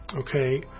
okay